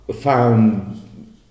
found